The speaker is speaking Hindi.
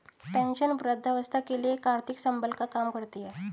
पेंशन वृद्धावस्था के लिए एक आर्थिक संबल का काम करती है